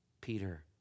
Peter